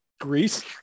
Greece